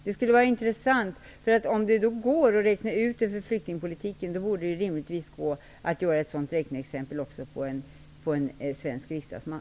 Det skulle vara intressant att få veta detta. Om det går att räkna ut detta för flyktingpolitiken borde det rimligtvis gå att göra ett sådant räkneexempel också för en svensk riksdagsman.